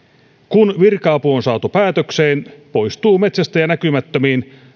kun virka apu on saatu päätökseen poistuu metsästäjä näkymättömiin